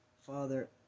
Father